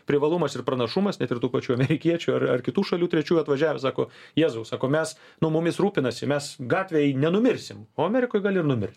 privalumas ir pranašumas net ir tų pačių amerikiečių ar ar kitų šalių trečių atvažiavę sako jėzau sako mes nu mumis rūpinasi mes gatvėj nenumirsim o amerikoj gali numirt